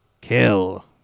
Kill